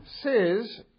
says